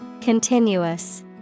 Continuous